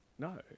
No